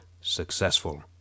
successful